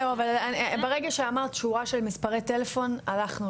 זהו, אבל ברגע שאמרת שורה של מספרי טלפון הלכנו